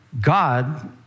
God